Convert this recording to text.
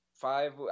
five